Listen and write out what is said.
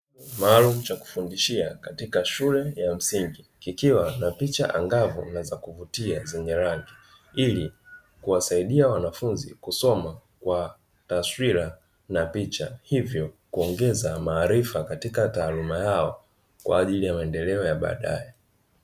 Chumba maalum cha kufundishia katika shule ya msingi kikiwa na picha angavu na za kuvutia zenye rangi, ili kuwasaidia wanafunzi kusoma kwa taswira na picha hivyo kuongeza maarifa katika taaluma yao kwa ajili ya maendeleo ya baadaye.